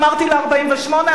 אמרתי ל-1948,